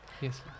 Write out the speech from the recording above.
Yes